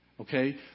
Okay